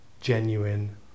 genuine